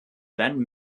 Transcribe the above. then